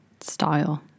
style